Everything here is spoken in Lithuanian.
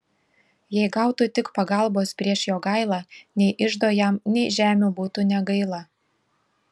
jei gautų tik pagalbos prieš jogailą nei iždo jam nei žemių būtų negaila